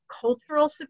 cultural